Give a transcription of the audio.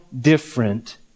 different